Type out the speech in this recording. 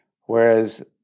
Whereas